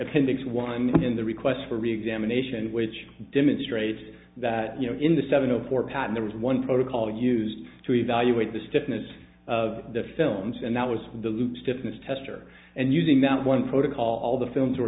appendix was in the requests for reexamination which demonstrate that you know in the seven zero four pattern there was one protocol used to evaluate the stiffness of the films and that was the loop stiffness tester and using that one protocol the films are